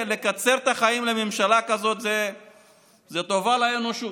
לקצר את החיים לממשלה כזאת זה טובה לאנושות.